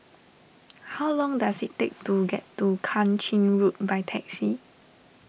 how long does it take to get to Kang Ching Road by taxi